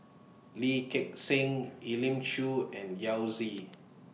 Lee Gek Seng Elim Chew and Yao Zi